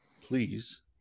please